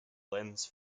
lends